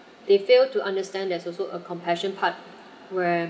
they fail to understand there's also a compassion part where